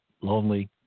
lonely